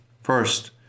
First